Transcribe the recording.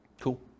Cool